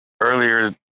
earlier